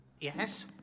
Yes